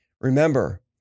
Remember